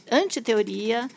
anti-teoria